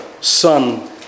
Son